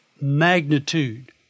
magnitude